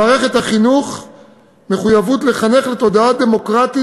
למערכת החינוך מחויבות לחנך לתודעה דמוקרטית